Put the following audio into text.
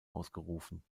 ausgerufen